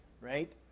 right